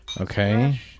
Okay